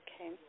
Okay